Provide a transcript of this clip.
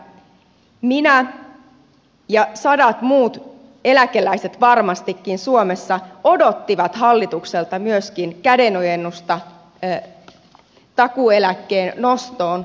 minä ja sadat muut eläkeläiset varmastikin suomessa odottivat hallitukselta myöskin kädenojennusta takuueläkkeen nostoon